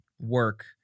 work